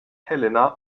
helena